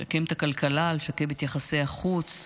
לשקם את הכלכלה, לשקם את יחסי החוץ,